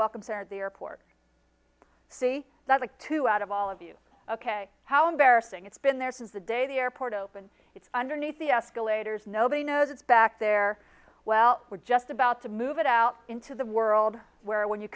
at the airport say that like two out of all of you ok how embarrassing it's been there since the day the airport opened its underneath the escalators nobody knows it's back there well we're just about to move it out into the world where when you